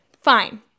fine